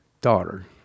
daughter